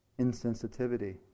insensitivity